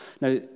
Now